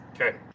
Okay